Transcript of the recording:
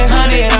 Honey